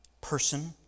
person